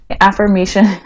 Affirmation